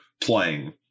playing